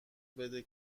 بده